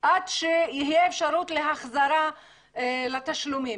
עד שתהיה אפשרות החזרה של התשלומים.